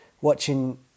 watching